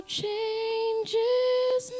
changes